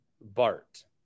Bart